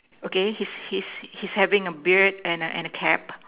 okay he's he's he's having a beard and a and a cap